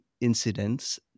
incidents